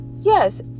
yes